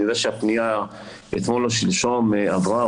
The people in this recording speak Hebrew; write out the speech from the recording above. אני יודע שהפניה אתמול או שלשום עברה,